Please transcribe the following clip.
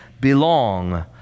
belong